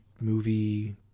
movie